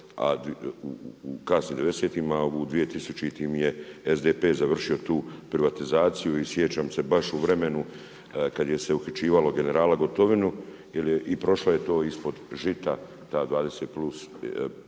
a u kasnim '90.-tim a u 2000. je SDP završio tu privatizaciju. I sjećam se baš u vremenu kada se je uhićivalo generala Gotovinu jer je i prošlo je to ispod žita ta 25+1 dionica